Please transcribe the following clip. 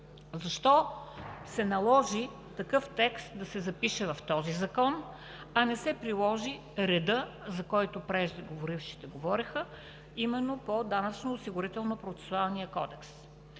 Защо се наложи такъв текст да се запише в този закон, а не се приложи редът, за който преждеговорившите говореха, а именно по Данъчно-осигурително процесуалния кодекс?